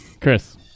Chris